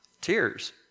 tears